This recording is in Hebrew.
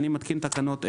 אני מתקין תקנות אלה: